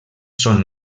són